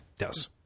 Yes